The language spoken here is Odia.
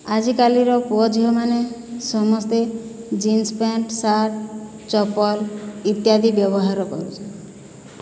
ଆଜିକାଲିର ପୁଅଝିଅ ମାନେ ସମସ୍ତେ ଜିନ୍ସ ପ୍ୟାଣ୍ଟ ଶାର୍ଟ ଚପଲ ଇତ୍ୟାଦି ବ୍ୟବହାର କରୁଛନ୍